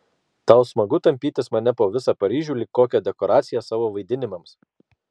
tau smagu tampytis mane po visą paryžių lyg kokią dekoraciją savo vaidinimams